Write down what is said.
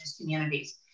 communities